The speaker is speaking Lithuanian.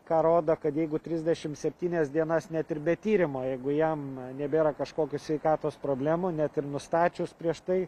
ką rodo kad jeigu trisdešimt septynias dienas net ir be tyrimo jeigu jam nebėra kažkokių sveikatos problemų net ir nustačius prieš tai